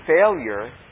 failure